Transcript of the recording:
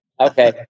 Okay